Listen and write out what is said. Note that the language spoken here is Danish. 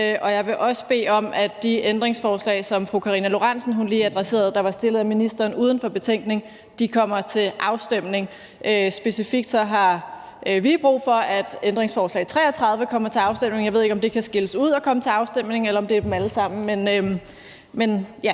og jeg vil også bede om, at de ændringsforslag, der er stillet af ministeren uden for betænkningen, og som fru Karina Lorentzen lige adresserede, kommer til afstemning. Specifikt har vi brug for, at ændringsforslag nr. 33 kommer til afstemning; jeg ved ikke, om det kan skilles ud og komme til afstemning, eller om det er dem alle sammen, men, ja,